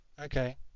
Okay